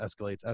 escalates